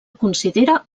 considera